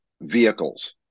vehicles